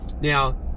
now